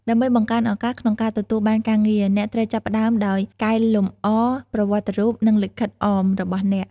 ដើម្បីបង្កើនឱកាសក្នុងការទទួលបានការងារ អ្នកត្រូវចាប់ផ្តើមដោយកែលម្អប្រវត្តិរូប និងលិខិតអម របស់អ្នក។